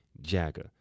Jagger